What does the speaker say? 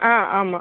ஆ ஆமாம்